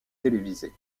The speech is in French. télévisés